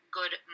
good